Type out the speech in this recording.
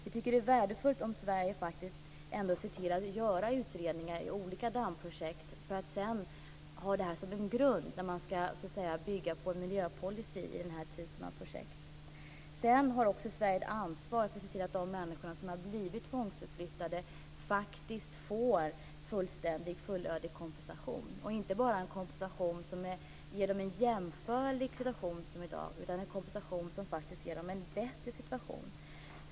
Vi tycker att det är värdefullt om Sverige ser till att göra utredningar av olika dammprojekt för att sedan ha det som en grund när man skall ta fram en miljöpolicy för den här typen av projekt. Sedan har Sverige också ett ansvar för att se till att de människor som har blivit tvångsförflyttade faktiskt får fullständig och fullödig kompensation. Det skall inte bara vara en kompensation som ger dem en situation som är jämförbar med den de har i dag, utan det skall vara en kompensation som faktiskt ger dem en bättre situation.